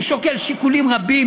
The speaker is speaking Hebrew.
הוא שוקל שיקולים רבים